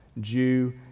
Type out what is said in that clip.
Jew